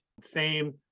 Fame